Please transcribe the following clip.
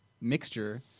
mixture